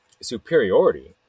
superiority